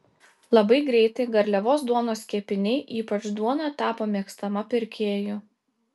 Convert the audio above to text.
labai greitai garliavos duonos kepiniai ypač duona tapo mėgstama pirkėjų